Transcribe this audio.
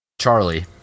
Charlie